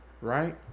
right